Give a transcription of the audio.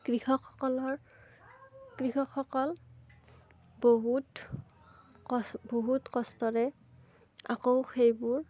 কৃষকসকলে কৃষকসকল বহুত কষ্ট বহুত কষ্টৰে আকৌ সেইবোৰ